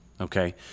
Okay